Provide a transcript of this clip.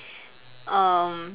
um